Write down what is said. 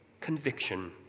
conviction